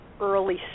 early